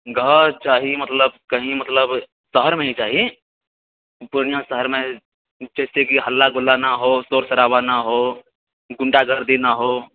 घर चाही मतलब कही मतलब शहरमे ही चाही पूर्णिया शहरमे जैसे की हल्ला गुल्ला ने हो शोर शराबा ने हो गुण्डागर्दी ने हो